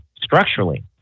structurally